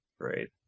Great